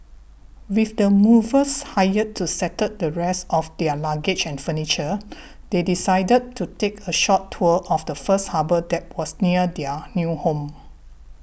with the movers hired to settle the rest of their luggage and furniture they decided to take a short tour of the first harbour that was near their new home